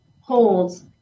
holds